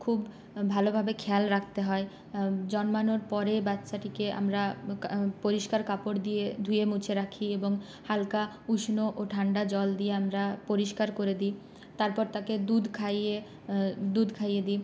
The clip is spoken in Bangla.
খুব ভালোভাবে খেয়াল রাখতে হয় জন্মানোর পরে বাচ্চাটিকে আমরা পরিষ্কার কাপড় দিয়ে ধুয়ে মুছে রাখি এবং হালকা উষ্ণ ও ঠান্ডা জল দিয়ে আমরা পরিষ্কার করে দিই তারপর তাকে দুধ খাইয়ে দুধ খাইয়ে দিই